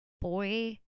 Boy